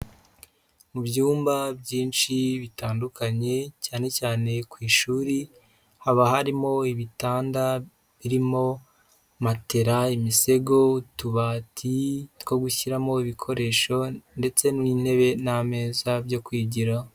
Mu byumba byinshi bitandukanye cyane cyane ku ishuri haba harimo ibitanda birimo matera, imisego, utubati two gushyiramo ibikoresho ndetse n'intebe n'ameza byo kwigiraho.